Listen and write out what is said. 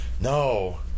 no